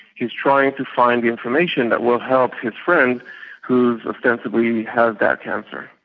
he's trying to find the information that will help his friend who ostensibly has that cancer.